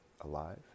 alive